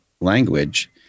language